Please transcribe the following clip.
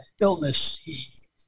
illness